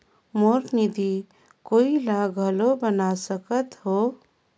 मोर निधि कोई ला घल बना सकत हो?